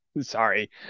Sorry